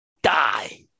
die